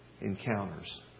encounters